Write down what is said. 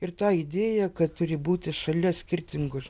ir ta idėja kad turi būti šalia skirtingų